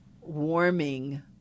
warming